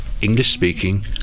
English-speaking